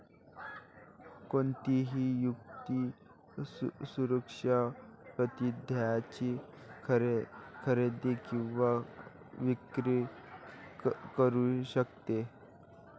कोणतीही व्यक्ती सुरक्षा प्रतिज्ञेची खरेदी किंवा विक्री करू शकते